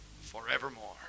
forevermore